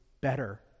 better